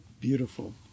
beautiful